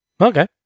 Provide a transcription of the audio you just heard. Okay